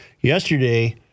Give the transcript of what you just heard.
Yesterday